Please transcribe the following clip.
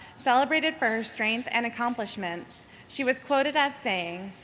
celebrated for her strength and accomplishments, she was quoted as saying,